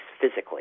physically